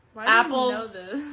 apples